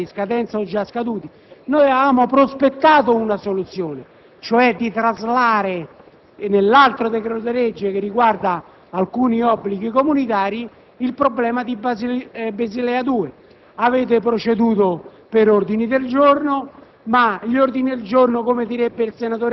Signor Presidente, non aggiungerò molto rispetto alle considerazioni che abbiamo svolto nella seduta di martedì e nel corso dell'esame degli emendamenti. Abbiamo sottolineato come questo decreto-legge